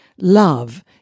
Love